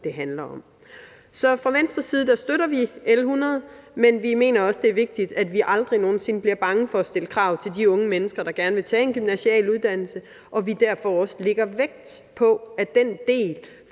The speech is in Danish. det handler om. Fra Venstres side støtter vi L 100, men vi mener også, det er vigtigt, at vi aldrig nogen sinde bliver bange for at stille krav til de unge mennesker, der gerne vil tage en gymnasial uddannelse, og at vi derfor også lægger vægt på, at den del